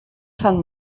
sant